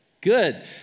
Good